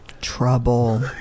Trouble